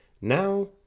Now